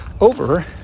over